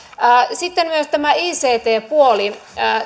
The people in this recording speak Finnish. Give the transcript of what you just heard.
sitten tämä ict puoli